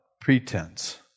pretense